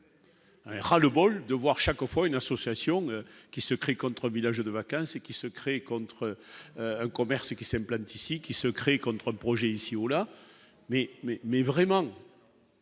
ans. Ras le bol de voir chaque fois une association qui se crée contre villages de vacances et qui se crée contre un commerce qui s'implante ici qui se crée contre-projet ici ou là mais mais